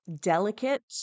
delicate